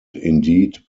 indeed